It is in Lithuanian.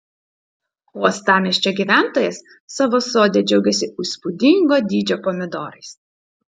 uostamiesčio gyventojas savo sode džiaugiasi įspūdingo dydžio pomidorais